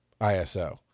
ISO